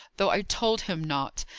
though i told him not,